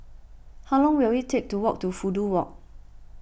how long will it take to walk to Fudu Walk